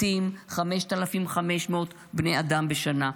מתים 5,500 בני אדם בשנה.